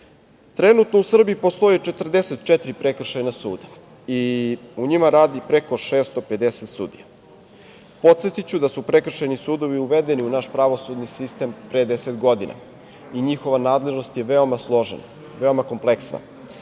periodu. Trenutno u Srbiji postoji 44 prekršajna suda i u njima radi preko 650 sudija. Podsetiću da su prekršajni sudovi uvedeni u naš pravosudni sistem pre 10 godina i njihova nadležnost je veoma složena, veoma kompleksna.